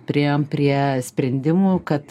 priėjom prie sprendimų kad